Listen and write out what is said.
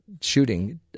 shooting